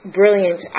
brilliant